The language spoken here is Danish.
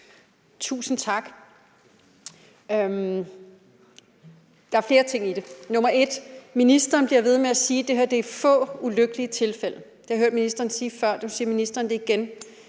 Tusind tak. Der er jo flere ting i det, og den ene ting er, at ministeren bliver ved med at sige, at det her drejer sig om få ulykkelige tilfælde. Det har jeg hørt ministeren sige før, og nu siger ministeren det igen.